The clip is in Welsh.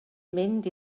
mynd